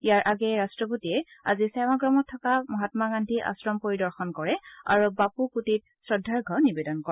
ইয়াৰ আগেয়ে ৰট্টপতিয়ে আজি সেৱাগ্ৰামত থকা মহাম্মা গাদ্ধী আশ্ৰম পৰিদৰ্শন কৰে আৰু বাপু কুটীত শ্ৰদ্ধাৰ্ঘ নিবেদন কৰে